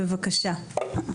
בבקשה.